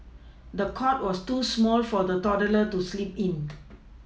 the cot was too small for the toddler to sleep in